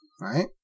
right